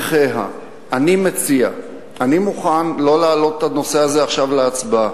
אני מוכן לא להעלות עכשיו את הנושא הזה להצבעה.